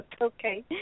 Okay